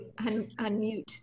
unmute